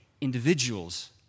Individuals